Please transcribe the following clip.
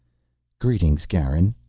greetings, garin,